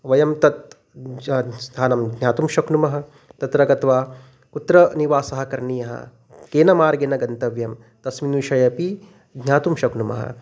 वयं तत् स्थानं ज्ञातुं शक्नुमः तत्र गत्वा कुत्र निवासः करणीयः केन मार्गेण गन्तव्यं तस्मिन् विषये अपि ज्ञातुं शक्नुमः